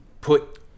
put